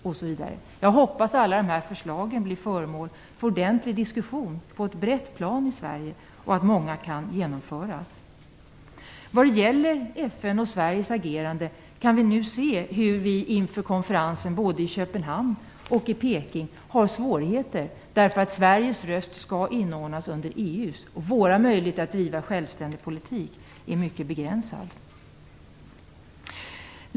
Jag hoppas att alla de här förslagen blir föremål för en ordentlig diskussion på ett brett plan i Sverige och att många av dem kan genomföras. När det gäller FN och Sveriges agerande vill jag konstatera att vi nu inför konferenserna i Köpenhamn och i Peking kan se problem med att Sveriges uppfattning skall inordnas under EU:s. Våra möjligheter att driva en självständig politik är mycket begränsade.